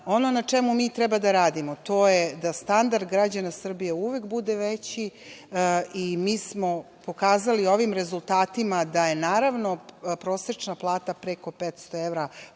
ono na čemu mi treba da radimo to je da standard građana Srbije uvek bude veći i mi smo pokazali ovim rezultatima da je prosečna plata preko 500 evra